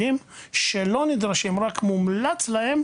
רק מומלץ להם,